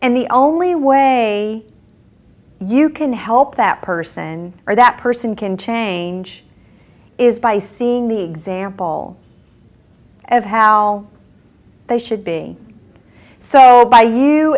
the only way you can help that person or that person can change is by seeing the example of how they should be so by you